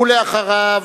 ואחריו,